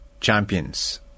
champions